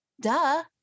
duh